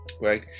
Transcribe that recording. right